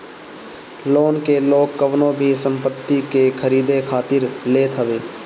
loan के लोग कवनो भी संपत्ति के खरीदे खातिर लेत हवे